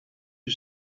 you